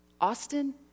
Austin